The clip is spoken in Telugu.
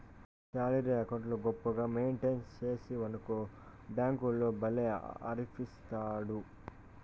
శాలరీ అకౌంటు గొప్పగా మెయింటెయిన్ సేస్తివనుకో బ్యేంకోల్లు భల్లే ఆపర్లిస్తాండాయి